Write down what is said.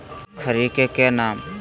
खड़ी के नाम?